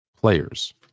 players